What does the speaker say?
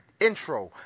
intro